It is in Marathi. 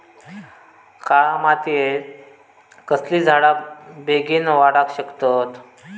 काळ्या मातयेत कसले झाडा बेगीन वाडाक शकतत?